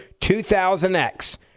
2000X